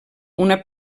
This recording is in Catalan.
una